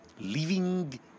living